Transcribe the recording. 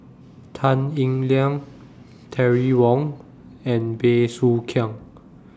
Tan Eng Liang Terry Wong and Bey Soo Khiang